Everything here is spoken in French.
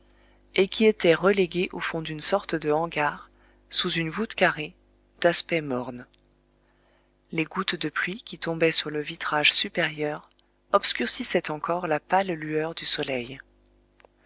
et qui était relégué au fond d'une sorte de hangar sous une voûte carrée d'aspect morne les gouttes de pluie qui tombaient sur le vitrage supérieur obscurcissaient encore la pâle lueur du soleil